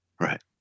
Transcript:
Right